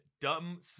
dumb